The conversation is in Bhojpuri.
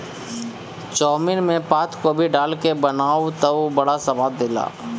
चाउमिन में पातगोभी डाल के बनावअ तअ बड़ा स्वाद देला